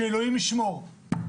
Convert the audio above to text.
שאלוהים ישמור.